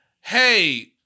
hey